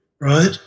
right